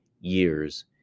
years